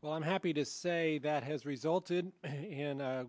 well i'm happy to say that has resulted in